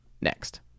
next